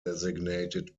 designated